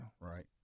right